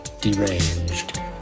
deranged